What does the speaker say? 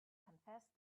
confessed